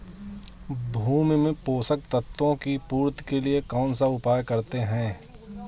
भूमि में पोषक तत्वों की पूर्ति के लिए कौनसा उपाय करते हैं?